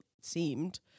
seemed